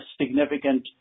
significant